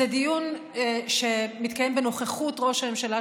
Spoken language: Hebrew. זה דיון שמתקיים בנוכחות ראש הממשלה,